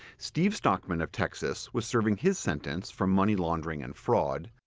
steve stockman of texas was serving his sentence for money laundering and fraud.